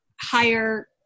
higher